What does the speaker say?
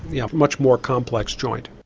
yeah a much more complex joint.